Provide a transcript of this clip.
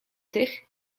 tych